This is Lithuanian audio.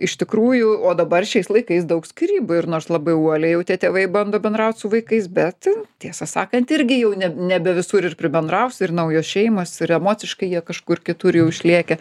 iš tikrųjų o dabar šiais laikais daug skyrybų ir nors labai uoliai jau tie tėvai bando bendraut su vaikais bet tiesą sakant irgi jau ne nebe visur ir pribendrausi ir naujos šeimos ir emociškai jie kažkur kitur jau išlėkę